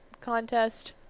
contest